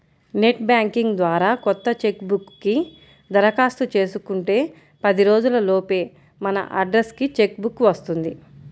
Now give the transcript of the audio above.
net banking ద్వారా కొత్త cheque book కి దరఖాస్తు చేసుకుంటే పది రోజుల లోపే మన అడ్రస్ కి చెక్ బుక్ వస్తుంది